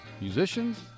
musicians